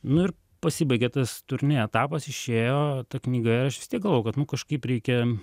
nu ir pasibaigė tas turnė etapas išėjo ta knyga aš galvojau kad nu kažkaip reikia